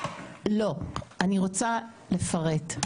לא, אני רוצה לפרט.